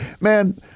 Man